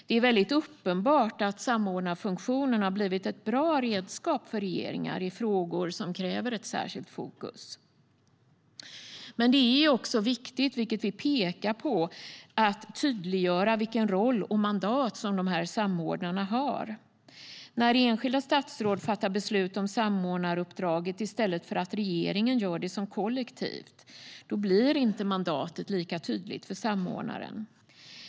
Det är uppenbart att samordnarfunktionen har blivit ett bra redskap för regeringar i frågor som kräver ett särskilt fokus. Men det är viktigt - vilket vi pekar på - att tydliggöra vilken roll och vilket mandat som samordnarna har. När enskilda statsråd fattar beslut om samordnaruppdraget i stället för att regeringen gör det som kollektiv blir mandatet för samordnaren inte lika tydligt.